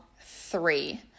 three